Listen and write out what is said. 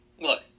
look